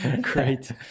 great